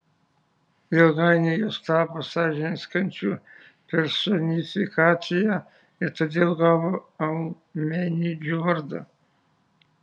ilgainiui jos tapo sąžinės kančių personifikacija ir todėl gavo eumenidžių vardą